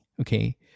Okay